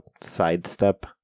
sidestep